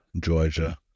Georgia